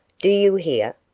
do you hear?